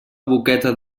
boqueta